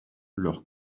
leur